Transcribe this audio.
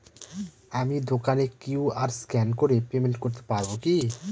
আমি দোকানে QR scan করে পেমেন্ট করতে পারবো কি?